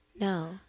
No